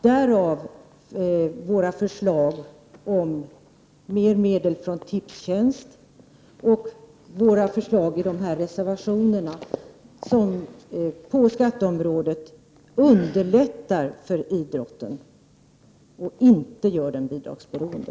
Därav våra förslag om mer medel från Tipstjänst och våra förslag i dessa reservationer som på skatteområdet underlättar för idrotten och inte göra den bidragsberoende.